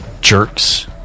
jerks